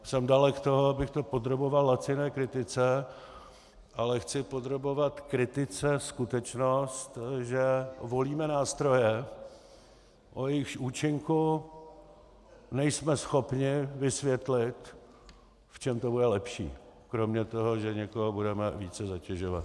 Jsem dalek toho, abych to podroboval laciné kritice, ale chci podrobovat kritice skutečnost, že volíme nástroje, o jejichž účinku nejsme schopni vysvětlit, v čem to bude lepší, kromě toho, že někoho budeme více zatěžovat.